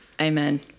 Amen